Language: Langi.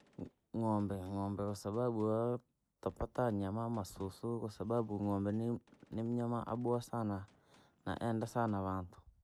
N'gombe, ng'ombe kwasababu yaa tapata nyama, masusu, kwasababu n'gombe ni- nimnyama abowa sana, naenda sana vantu.